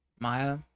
Maya